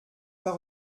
pas